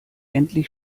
endlich